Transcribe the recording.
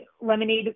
lemonade